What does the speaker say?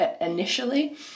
initially